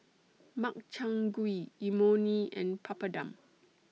Makchang Gui Imoni and Papadum